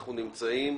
סדר.